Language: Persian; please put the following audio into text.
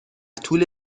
طول